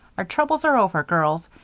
our troubles are over, girls.